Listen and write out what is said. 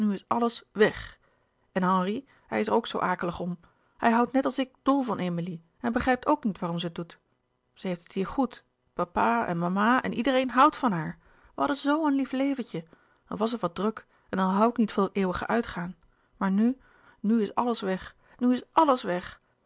alles weg en henri hij is er ook zoo akelig om hij houdt net als ik dol van emilie en begrijpt ook niet waarom ze het doet ze heeft het hier goed papa en mama en iedereen houdt van haar we hadden zoo een lief leventje al was het wat louis couperus de boeken der kleine zielen druk en al hoû ik niet van dat eeuwige uitgaan maar nu nu is alles weg nu is àlles weg